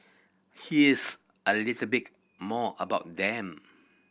here's a little bit more about them